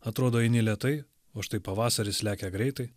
atrodo eini lėtai o štai pavasaris lekia greitai